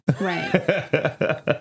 Right